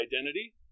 identity